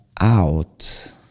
out